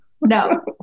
no